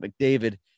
McDavid